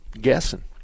guessing